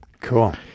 Cool